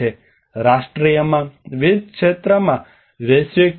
રાષ્ટ્રીયમાં વિવિધ ક્ષેત્રમાં વૈશ્વિક કલાકારો